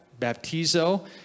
baptizo